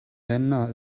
länder